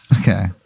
Okay